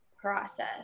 process